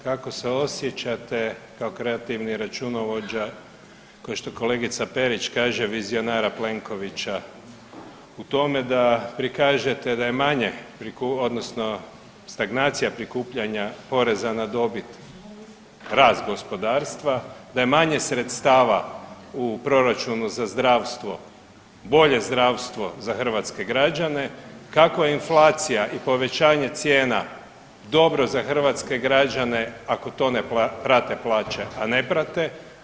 Kako se osjećate kao kreativni računovođa kao što kolegica Perić kaže vizionara Plenkovića u tome da prikažete da je manje odnosno stagnacija prikupljanja poreza na dobit rast gospodarstva, da je manje sredstava u proračunu za zdravstvo bolje zdravstvo za hrvatske građane, kako inflacija i povećanje cijena dobro za hrvatske građane ako to ne prate plaće a ne prate?